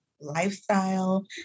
lifestyle